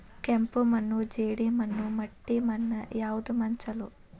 ಕೆಂಪು ಮಣ್ಣು, ಜೇಡಿ ಮಣ್ಣು, ಮಟ್ಟಿ ಮಣ್ಣ ಯಾವ ಮಣ್ಣ ಛಲೋ?